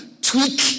tweak